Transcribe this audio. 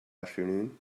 afternoon